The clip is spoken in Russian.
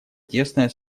тесное